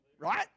right